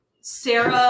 Sarah